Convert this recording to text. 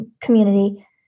community